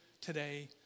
today